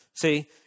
See